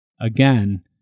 again